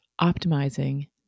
optimizing